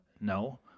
No